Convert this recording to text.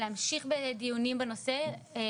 הדיון התבקש על ידי מספר חברות ועדה וגם חברות כנסת אחרות